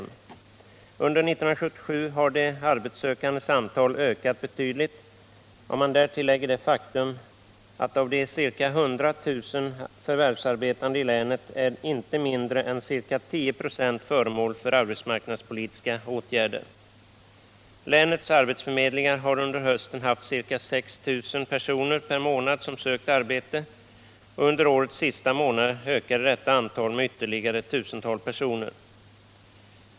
Under 1977 har de arbetssökandes antal ökat betydligt. Man skall därtill lägga det faktum att inte mindre än ca 10 96 av de ca 100 000 förvärvsarbetande i länet är föremål för arbetsmarknadspolitiska åtgärder. Länets arbetsförmedlingar har under hösten haft ca 6 000 personer per månad som sökt arbete. Under årets sista månad ökade detta antal med ytterligare ett tusental personer.